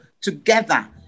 together